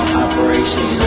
operation